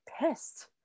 pissed